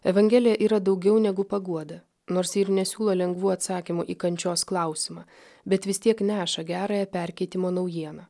evangelija yra daugiau negu paguoda nors ji ir nesiūlo lengvų atsakymų į kančios klausimą bet vis tiek neša gerąją perkeitimo naujieną